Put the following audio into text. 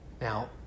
Now